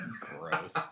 Gross